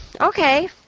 okay